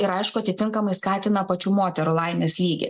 ir aišku atitinkamai skatina pačių moterų laimės lygį